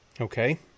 Okay